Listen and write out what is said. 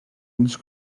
ulls